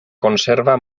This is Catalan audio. conserva